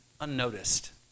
unnoticed